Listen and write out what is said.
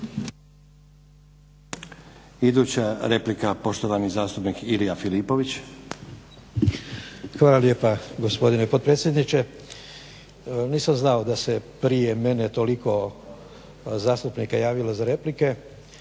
Hvala lijepa gospodine potpredsjedniče. Nisam znao da se prije mene toliko zastupnika javilo za replike,